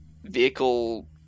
Vehicle